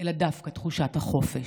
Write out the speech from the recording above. אלא דווקא תחושת החופש,